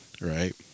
right